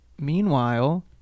meanwhile